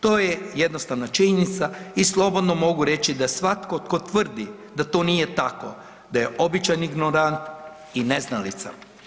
To je jednostavna činjenica i slobodno mogu reći da svatko tko tvrdi da to nije tako da je običan ignorant i neznalica.